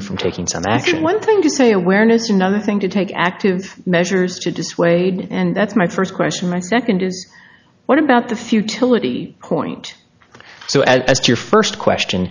you from taking some action one thing to say awareness another thing to take active measures to dissuade and that's my first question my second is what about the futility point so as to your first question